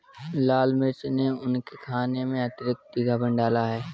लाल मिर्च ने उनके खाने में अतिरिक्त तीखापन डाला है